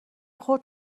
خورد